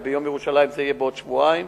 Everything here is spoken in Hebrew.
ויום ירושלים יהיה בעוד שבועיים,